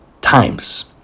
times